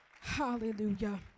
hallelujah